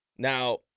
Now